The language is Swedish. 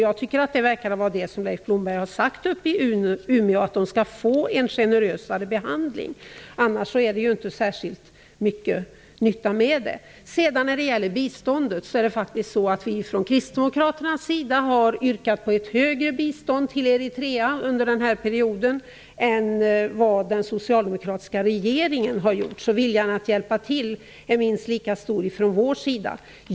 Jag tycker också att det verkar som om Leif Blomberg uppe i Umeå har sagt att dessa personer skall få en generösare behandling. I annat fall är det inte stor nytta med hans uttalande. När det gäller biståndet har vi från Kristdemokraternas sida faktiskt yrkat på ett högre bistånd till Eritrea under denna mandatperiod än vad den socialdemokratiska regeringen har gjort. Viljan att hjälpa till är alltså minst lika stor från vår sida.